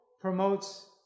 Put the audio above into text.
promotes